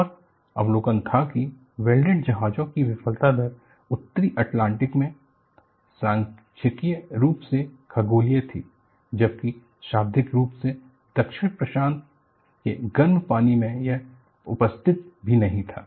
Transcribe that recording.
और अवलोकन था कि वेल्डेड जहाजों की विफलता दर उत्तरी अटलांटिक में सांख्यिकीय रूप से खगोलीय थी जबकि शाब्दिक रूप से दक्षिण प्रशांत के गर्म पानी में यह उपस्थित भी नहीं था